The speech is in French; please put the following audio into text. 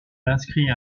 inscrit